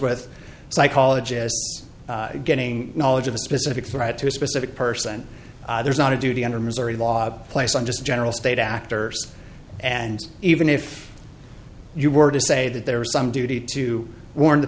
with psychologists getting knowledge of a specific threat to a specific person there's not a duty under missouri law placed on just general state actors and even if you were to say that there were some duty to warn the